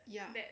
ya